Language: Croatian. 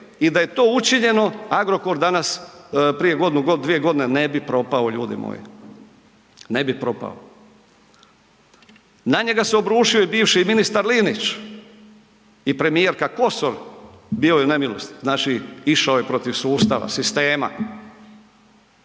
i da je to učinjeno Agrokor danas, prije godinu, dvije godine ne bi propao ljudi moji, ne bi propao. Na njega se obrušio i bivši ministar Linić i premijerka Kosor, bio je u nemilosti. Znači, išao je protiv sustava, sistema.